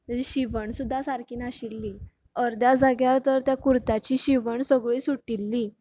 तेजी शिवण सुद्दां सारकी नाशिल्ली अर्द्या जाग्यार तर त्या कुर्ताची शिवण सगळीं सुटिल्ली